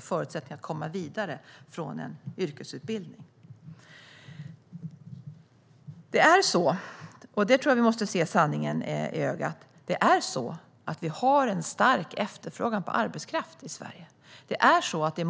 förutsättningarna att komma vidare från en yrkesutbildning. Vi måste se sanningen i vitögat: Det råder en stark efterfrågan på arbetskraft i Sverige.